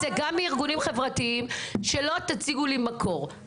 זה גם מארגונים חברתיים שלא יציגו לי מקור.